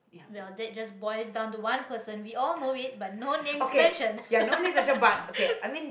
well that just boils down to one person we all know it but no names mentioned